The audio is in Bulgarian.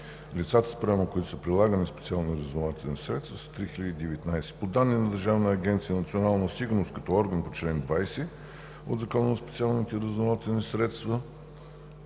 Лицата, спрямо които са прилагани специални разузнавателни средства са 3019. По данни на Държавна агенция „Национална сигурност“ като орган по чл. 20 от